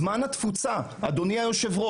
זמן ההפצה של התזכיר, אדוני היושב,